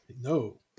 No